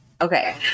Okay